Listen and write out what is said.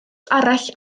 arall